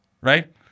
Right